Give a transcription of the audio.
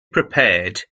prepared